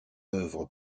œuvre